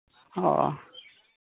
ᱚ